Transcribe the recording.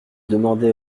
demandé